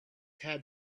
had